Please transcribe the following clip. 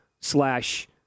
slash